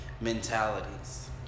mentalities